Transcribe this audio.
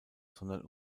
sondern